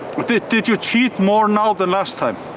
but did did you cheat more now than last time?